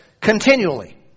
continually